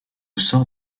sort